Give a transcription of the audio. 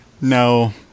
No